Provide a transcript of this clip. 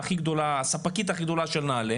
שהיא הספקית הכי גדולה של נעל"ה,